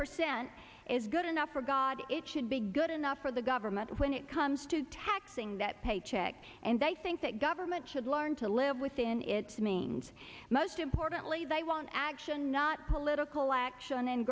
percent is good enough for god it should be good enough for the government when it comes to taxing that paycheck and they think that government should learn to live within its means most importantly they want action not political action